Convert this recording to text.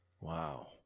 Wow